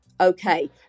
okay